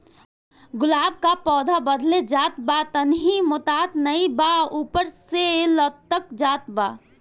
गुलाब क पौधा बढ़ले जात बा टहनी मोटात नाहीं बा ऊपर से लटक जात बा?